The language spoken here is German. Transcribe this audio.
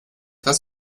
das